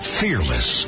fearless